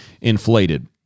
inflated